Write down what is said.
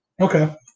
Okay